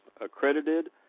accredited